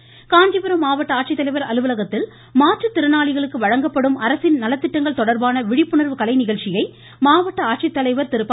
ம் ம் ம் ம் ம ருவரி காஞ்சிபுரம் மாவட்ட ஆட்சித்தலைவர் அலுவலகத்தில் மாற்றுத்திறனாளிகளுக்கு வழங்கப்படும் அரசின் நலத்திட்டங்கள் தொடர்பான விழிப்புணர்வு கலை நிகழ்ச்சியை மாவட்ட ஆட்சித்தலைவர் பா